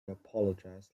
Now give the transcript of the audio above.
apologize